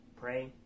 pray